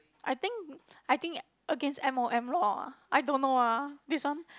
I think I think against M_O_M law ah I don't know ah this one